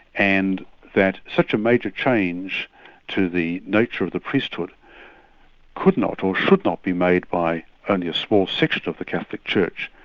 and that such a major change to the nature of the priesthood could not or should not be made by only a small section of the catholic church.